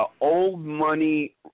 old-money